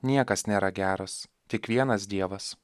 niekas nėra geras tik vienas dievas